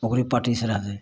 ओकरे पार्टीसँ रहतय